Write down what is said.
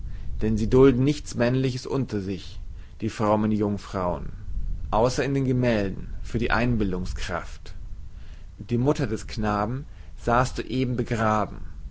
denn sie dulden nichts männliches unter sich die frommen jungfrauen ausser in den gemählden für die einbildungskraft die mutter des knaben sahest du eben begraben